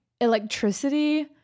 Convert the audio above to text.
electricity